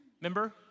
remember